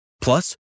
Plus